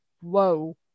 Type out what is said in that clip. whoa